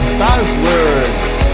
buzzwords